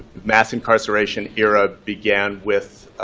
mass incarceration era began with,